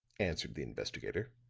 answered the investigator.